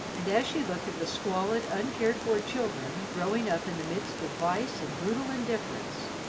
and as she looked at the squalid, uncared-for children growing up in the midst of vice and brutal indifference,